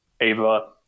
Ava